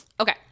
Okay